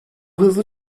hızlı